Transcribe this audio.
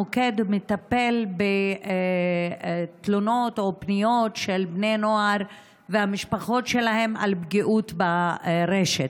המוקד מטפל בתלונות או פניות של בני נוער והמשפחות שלהם על פגיעות ברשת.